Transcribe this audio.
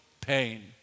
pain